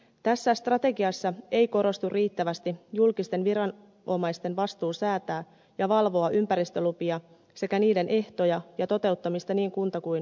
tässä strategiassa ei korostu riittävästi julkisten viranomaisten vastuu säätää ja valvoa ympäristölupia sekä niiden ehtoja ja toteuttamista niin kunta kuin valtiotasollakin